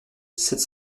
sept